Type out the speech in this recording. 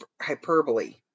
hyperbole